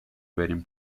بریم